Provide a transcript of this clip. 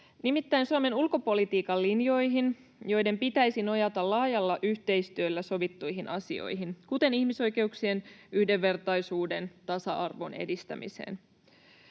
nimittäin Suomen ulkopolitiikan linjoihin, joiden pitäisi nojata laajalla yhteistyöllä sovittuihin asioihin, kuten ihmisoikeuksien, yhdenvertaisuuden ja tasa-arvon edistämiseen.